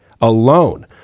alone